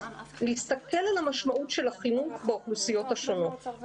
להסתכל על המשמעות של החינוך באוכלוסיות השונות.